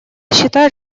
считает